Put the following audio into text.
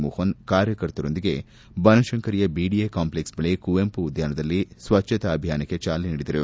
ಮೋಪನ್ ಕಾರ್ಯಕರ್ತರೊಂದಿಗೆ ಬನಶಂಕರಿಯ BDA complex ಬಳಿ ಕುವೆಂಪು ಉದ್ಯಾನದಲ್ಲಿ ಸ್ವಚ್ಛತಾ ಅಭಿಯಾನಕ್ಕೆ ಚಾಲನೆ ನೀಡಿದರು